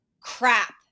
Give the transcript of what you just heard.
crap